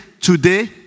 today